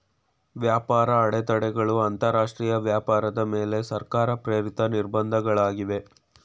ವ್ಯಾಪಾರ ಅಡೆತಡೆಗಳು ಅಂತರಾಷ್ಟ್ರೀಯ ವ್ಯಾಪಾರದ ಮೇಲೆ ಸರ್ಕಾರ ಪ್ರೇರಿತ ನಿರ್ಬಂಧ ಗಳಾಗಿವೆ